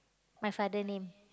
my father name